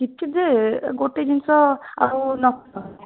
କିଛି ଯେ ଗୋଟେ ଜିନିଷ ଆଉ